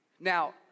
Now